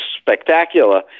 spectacular